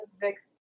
Vix